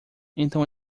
então